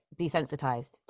desensitized